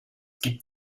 gibt